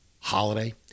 Holiday